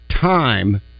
time